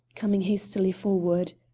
coming hastily forward.